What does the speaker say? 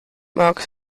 marks